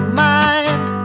mind